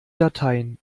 dateien